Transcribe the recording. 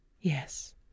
Yes